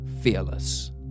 fearless